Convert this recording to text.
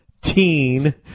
teen